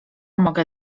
mogę